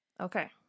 Okay